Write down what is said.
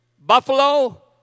buffalo